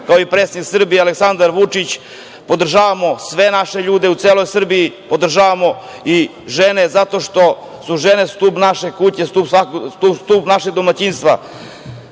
kao i predsednik Srbije Aleksandar Vučić, podržavamo sve naše ljude u celoj Srbiji, podržavamo i žene, zato što su žene stub naše kuće, stub našeg domaćinstva. Politički